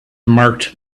marked